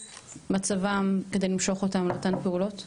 מצבם כדי למשוך אותם לאותן פעולות?